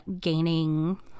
gaining